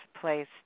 place